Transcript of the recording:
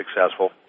successful